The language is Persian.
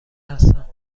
هستم